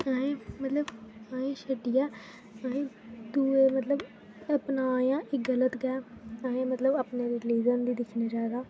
अहें मतलब अहें छड्डियै अहें दूऐ मतलब अपनाए ऐ एह् गलत ऐ अहें मतलब अपने रिलिजन गी दिक्खना चाहिदा